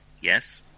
Yes